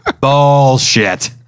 Bullshit